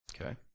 okay